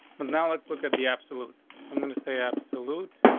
but now let's look at the absolute. i'm going to say absolute.